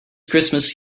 christmas